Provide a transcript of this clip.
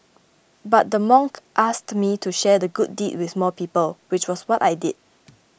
but the monk asked me to share the good deed with more people which was what I did